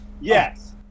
Yes